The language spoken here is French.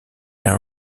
air